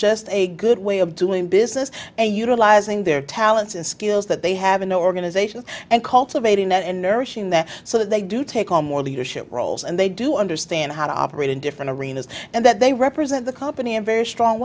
just a good way of doing business a utilizing their talents and skills that they have an organization and cultivating that and nourishing that so that they do take on more leadership roles and they do understand how to operate in different arenas and that they represent the company in very strong